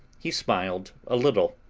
he smiled a little,